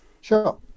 Sure